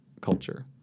culture